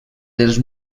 dels